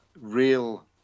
real